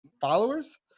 followers